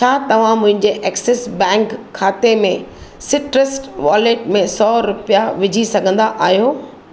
छा तव्हां मुंहिंजे एक्सिस बैंक खाते में सिट्रस वॉलेट में सौ रुपिया विझी सघंदा आहियो